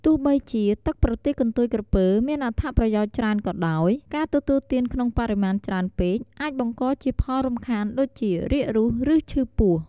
ទោះបីជាទឹកប្រទាលកន្ទុយក្រពើមានអត្ថប្រយោជន៍ច្រើនក៏ដោយ ការទទួលទានក្នុងបរិមាណច្រើនពេកអាចបង្កជាផលរំខានដូចជា រាករូស ឬឈឺពោះ។